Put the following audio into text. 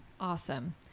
awesome